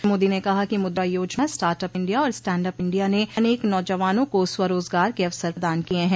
श्री मोदी ने कहा कि Mudra Yojana start up India और स्टैंड अप इंडिया ने अनेक नौजवानों को स्वरोजगार के अवसर प्रदान किये हैं